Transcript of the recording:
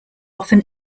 often